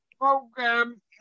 program